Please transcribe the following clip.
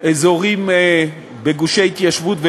באזורים בגושי התיישבות,